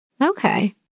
Okay